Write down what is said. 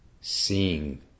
seeing